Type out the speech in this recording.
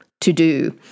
TO-DO